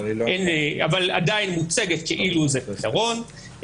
אבל עדיין מוצגת כאילו זה פתרון.